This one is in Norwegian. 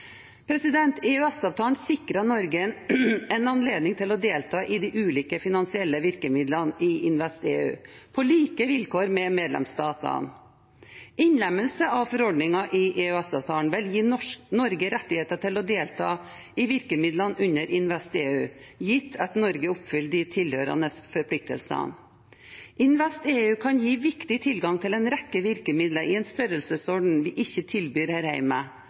sikrer Norge en anledning til å delta i de ulike finansielle virkemidlene i InvestEU på like vilkår som medlemsstatene. Innlemmelse av forordningen i EØS-avtalen vil gi Norge rettigheter til å delta i virkemidlene under InvestEU, gitt at Norge oppfyller de tilhørende forpliktelsene. InvestEU kan gi viktig tilgang til en rekke virkemidler i en størrelsesorden vi ikke tilbyr her